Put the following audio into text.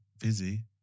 busy